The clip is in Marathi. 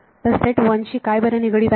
तर सेट 1 शी काय बरे निगडित आहे